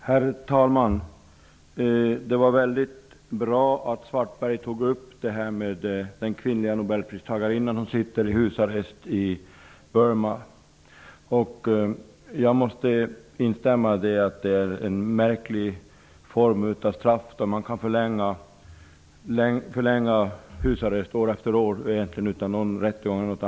Herr talman! Det var väldigt bra att Karl-Erik Svartberg tog upp den kvinnliga nobelpristagarinnan som sitter i husarrest i Burma. Jag måste instämma i att det är en märklig form av straff, då husarrest kan förlängas år efter år utan egentligen någon rättegång.